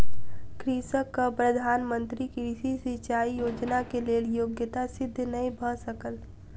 कृषकक प्रधान मंत्री कृषि सिचाई योजना के लेल योग्यता सिद्ध नै भ सकल